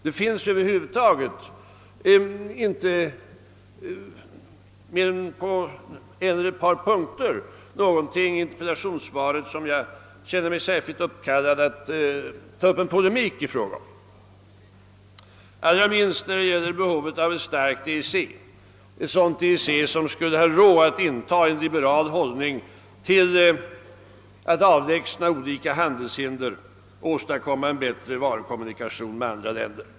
Det finns över huvud taget inte mer än en eller ett par punkter i interpellationssvaret som jag känner mig särskilt uppkallad att polemisera mot. Det gäller alltså inte behovet av ett starkt EEC. Ett sådant EEC skulle ha råd att inta en liberal hållning till avlägsnandet av olika handelshinder och åstadkommande av en bättre varukommunikation med andra länder.